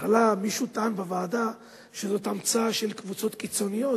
בהתחלה מישהו טען בוועדה שזאת המצאה של קבוצות קיצוניות,